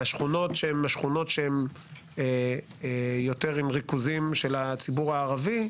בשכונות שהם השכונות עם יותר ריכוזים של הציבור הערבי,